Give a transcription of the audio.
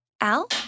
Al